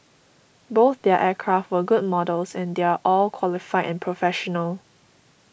both their aircraft were good models and they're all qualified and professional